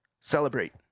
celebrate